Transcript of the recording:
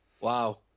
wow